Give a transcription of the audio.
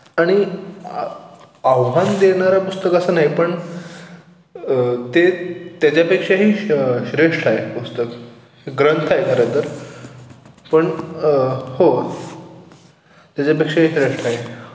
आणि आव्हान देणारं पुस्तक असं नाही पण ते त्याच्यापेक्षाही श श्रेष्ठ आहे पुस्तक ग्रंथ आहे खरंतर पण हो त्याच्यापेक्षाही श्रेष्ठ आहे